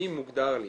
אם מוגדר לי